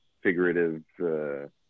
figurative